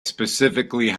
specifically